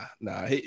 nah